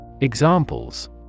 Examples